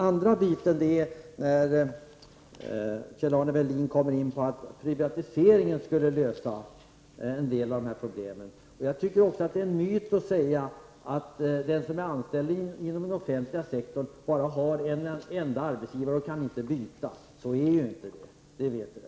För det andra menade Kjell-Arne Welin att en privatisering skulle lösa en del av de här problemen. Jag menar att det är en myt att, som man ofta säger, den anställde inom den offentliga sektorn bara har en enda arbetsgivare och inte kan byta sådan. Det är ju inte så, det vet vi.